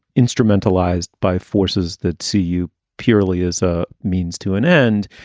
instrumentalized by forces that see you purely as a means to an end.